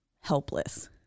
helpless